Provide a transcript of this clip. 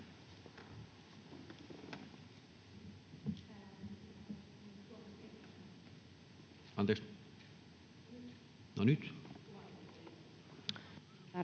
Kiitos.